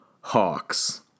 Hawks